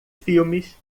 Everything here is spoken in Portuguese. filmes